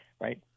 right